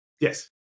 Yes